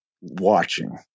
watching